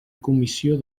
comissió